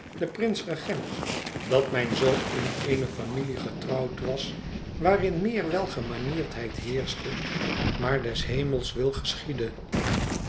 begunstiger den prins regent dat mijn zoon in eene familie getrouwd was waarin meer welgemanierdheid heerschte maar des hemels wil geschiede